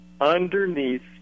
underneath